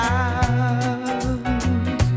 out